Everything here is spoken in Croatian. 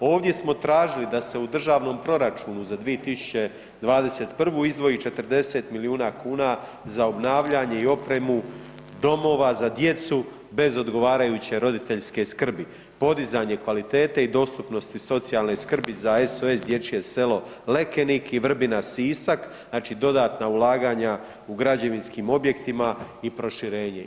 Ovdje smo tražili da se u državnom proračunu za 2021. izdvoji 40 miliona kuna za obnavljanje i opremu domova za djecu bez odgovarajuće roditeljske skrbi, podizanje kvalitete i dostupnosti socijalne skrbi za SOS dječje selo Lekenik i Vrbina Sisak, znači dodatna ulaganja u građevinskim objektima i proširenje.